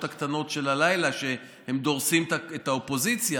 הקטנות של הלילה כשהם דורסים את האופוזיציה,